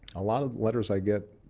a lot of letters i get,